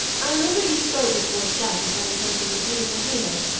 i remember, you spoke, at borcette, of having something in view for hamish,